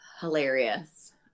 hilarious